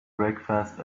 breakfast